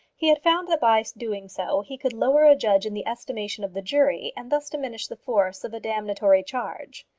he had found that by doing so he could lower a judge in the estimation of the jury, and thus diminish the force of a damnatory charge.